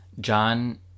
John